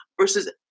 versus